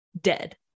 dead